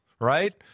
right